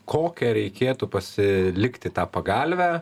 kokią reikėtų pasilikti tą pagalvę